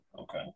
okay